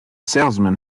salesman